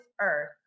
earth